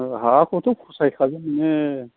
हाखौथ' फसायखागोन नोङो